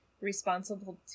responsible